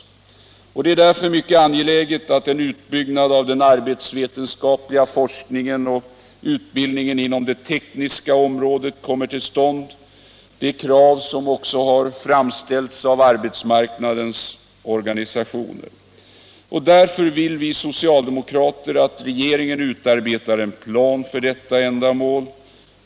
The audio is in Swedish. forskning inom Det är därför mycket angeläget att en utbyggnad av den arbetsvetenskapliga forskningen och utbildningen inom det tekniska området kommer till stånd. Det är krav som också har framställts av arbetsmarknadens organisationer. Därför vill vi socialdemokrater att regeringen utarbetar en plan för detta ändamål.